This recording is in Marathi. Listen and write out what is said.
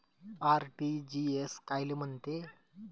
आर.टी.जी.एस कायले म्हनते?